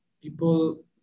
people